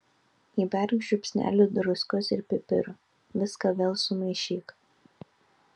įberk žiupsnelį druskos ir pipirų viską vėl sumaišyk